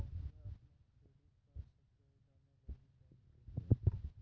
हम्म अपनो credit card score जानै लेली बैंक गेलियै